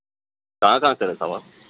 کہاں کہاں سے رٹا ہُوا